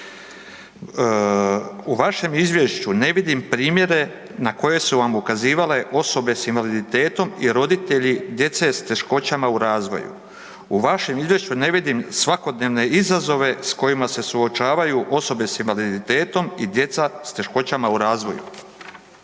U vašem izvješću ne vidim primjere na koje su vam ukazivale osobe s invaliditetom i roditelji djece s teškoćama u razvoju. U vašem izvješću ne vidim svakodnevne izazove s kojima se suočavaju osobe s invaliditetom i djeca s teškoćama u razvoju.